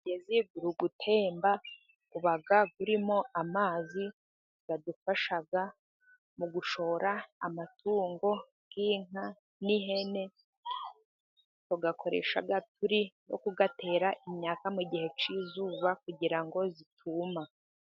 Umugenzi uri gutemba uba urimo amazi adufasha mu gushora amatungo y'inka n'ihene, tuyakoresha turi no kuyatera imyaka mu gihe cy'izuba, kugira ngo ituma.